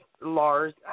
Lars